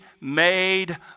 made